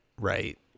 Right